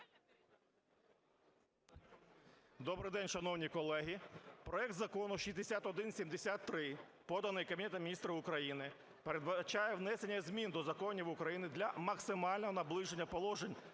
Добрий день, шановні колеги! Проект Закону 6173, поданий Кабінетом Міністрів України, передбачає внесення змін до законів України для максимального наближення положень